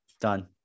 Done